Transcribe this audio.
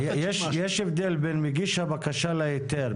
יש הבדל בין מגיש הבקשה להיתר.